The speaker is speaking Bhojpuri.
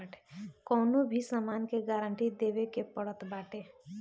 कवनो भी सामान के गारंटी देवे के पड़त बाटे